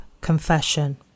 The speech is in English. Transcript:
confession